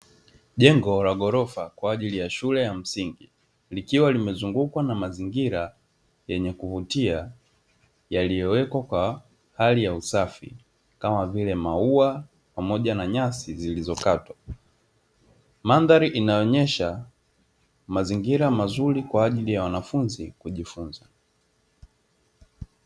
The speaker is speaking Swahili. Jengo la ghorofa kwa ajili ya shule ya msingi, likiwa limezungukwa na mazingira yenye kuvutia yaliyowekwa kwa hali ya usafi, kama vile maua pamoja na nyasi zilizokatwa. Mandhari inaonyesha mazingira mazuri kwa ajili ya wanafunzi kujifunza.